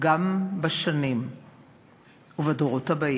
גם בשנים ובדורות הבאים.